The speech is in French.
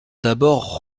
d’abord